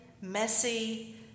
messy